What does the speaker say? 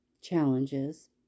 challenges